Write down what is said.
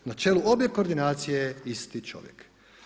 Na čelu obje koordinacije je isti čovjek.